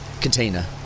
container